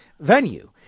venue